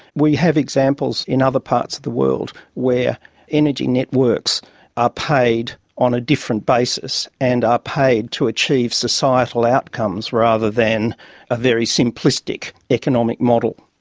we have examples in other parts of the world, where energy networks are paid on a different basis and are paid to achieve societal outcomes rather than a very simplistic economic model.